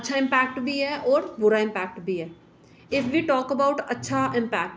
अच्छा इम्पैक्ट बी ऐ होर बुरा इम्पैक्ट बी ऐ ईफ वी टॉक अबाऊट अच्छा इम्पैक्ट